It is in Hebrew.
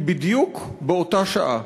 כי בדיוק באותה שעה